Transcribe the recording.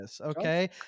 Okay